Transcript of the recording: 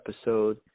episode